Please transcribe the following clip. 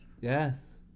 Yes